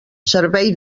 servei